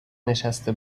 نشسته